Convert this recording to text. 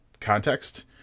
context